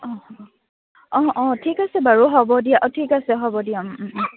অঁ অঁ অঁ ঠিক আছে বাৰু হ'ব দিয়া অঁ ঠিক আছে হ'ব দিয়া